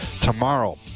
tomorrow